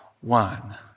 one